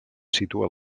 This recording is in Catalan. situa